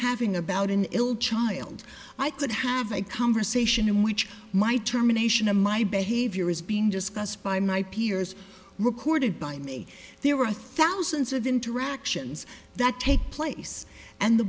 having about an ill child i could have a conversation in which my determination of my behavior is being discussed by my peers recorded by me there were thousands of interactions that take place and the